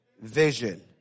Vision